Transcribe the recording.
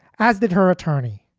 as did her attorney.